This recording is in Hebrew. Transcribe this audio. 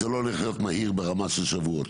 זה לא הולך להיות מהיר ברמה של שבועות,